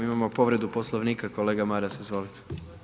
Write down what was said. Imamo povredu Poslovnika Kolega Maras, izvolite.